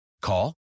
Call